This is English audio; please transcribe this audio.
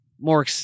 more